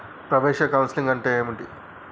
ప్రవేశ కౌన్సెలింగ్ అంటే ఏమిటి?